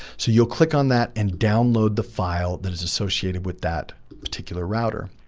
so you'll click on that and download the file that is associated with that particular router.